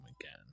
again